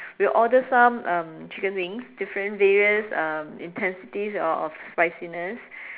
we'll order some um chicken wings different various um intensities of spiciness